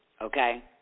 Okay